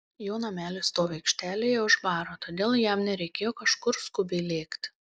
jo namelis stovi aikštelėje už baro todėl jam nereikėjo kažkur skubiai lėkti